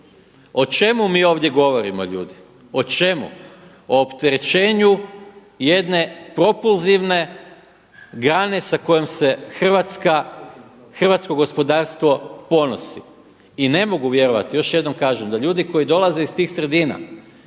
O čemu mi ovdje govorimo ljudi? O čemu? O opterećenju jedne propulzivne grane sa kojom se Hrvatska, hrvatsko gospodarstvo ponosi. I ne mogu vjerovati, još jednom kažem da ljudi koji dolaze iz tih sredina,